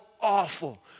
awful